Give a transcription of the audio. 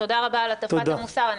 תודה רבה על הטפת המוסר.